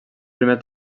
primer